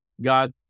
God